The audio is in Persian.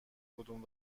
کدوم